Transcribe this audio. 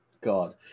God